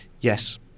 yes